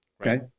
Okay